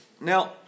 Now